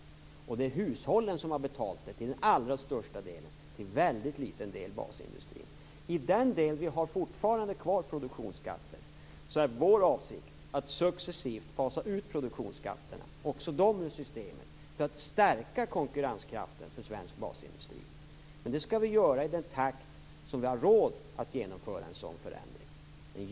Det är hushållen som har betalat dem till den allra största delen, basindustrin endast till en väldigt liten del. I den del där vi fortfarande har kvar produktionsskatter är vår avsikt att successivt fasa ut även dessa ur systemet för att stärka konkurrenskraften för svensk basindustri. Men det skall vi göra i den takt som vi har råd att genomföra en sådan förändring.